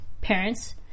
parents